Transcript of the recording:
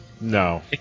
No